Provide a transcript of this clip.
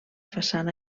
façana